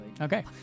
Okay